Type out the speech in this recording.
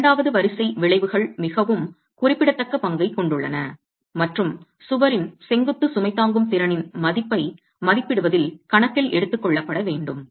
எனவே இரண்டாவது வரிசை விளைவுகள் மிகவும் குறிப்பிடத்தக்க பங்கைக் கொண்டுள்ளன மற்றும் சுவரின் செங்குத்து சுமை தாங்கும் திறனின் மதிப்பை மதிப்பிடுவதில் கணக்கில் எடுத்துக்கொள்ளப்பட வேண்டும்